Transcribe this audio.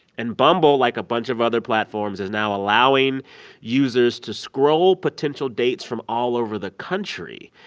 and bumble, like a bunch of other platforms, is now allowing users to scroll potential dates from all over the country,